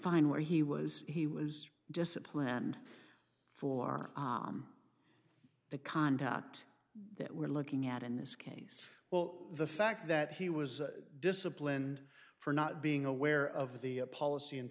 find where he was he was disciplined for the con dot that we're looking at in this case well the fact that he was disciplined for not being aware of the policy